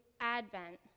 Advent